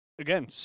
Again